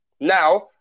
Now